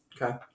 okay